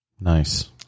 Nice